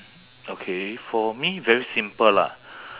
okay for me very simple lah